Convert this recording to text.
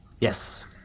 Yes